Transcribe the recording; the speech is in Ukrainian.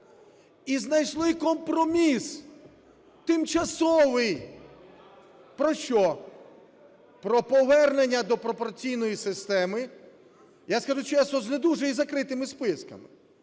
І знайшли компроміс тимчасовий. Про що? Про повернення до пропорційної системи, я скажу чесно, з не дуже і закритими списками,